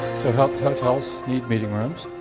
hotels need meeting rooms,